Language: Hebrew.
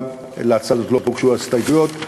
להצעה זאת לא הוגשו הסתייגויות.